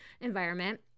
environment